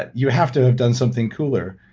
but you have to have done something cooler.